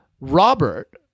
Robert